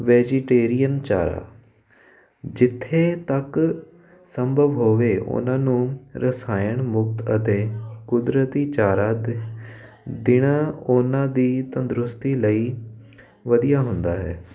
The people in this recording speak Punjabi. ਵੈਜੀਟੇਰੀਅਨ ਚਾਰਾ ਜਿੱਥੇ ਤੱਕ ਸੰਭਵ ਹੋਵੇ ਉਹਨਾਂ ਨੂੰ ਰਸਾਇਣ ਮੁਕਤ ਅਤੇ ਕੁਦਰਤੀ ਚਾਰਾ ਦੇ ਦੇਣਾ ਉਹਨਾਂ ਦੀ ਤੰਦਰੁਸਤੀ ਲਈ ਵਧੀਆ ਹੁੰਦਾ ਹੈ